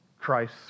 Christ